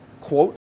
quote